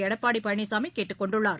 எடப்பாடிபழனிசாமிகேட்டுக் கொண்டுள்ளார்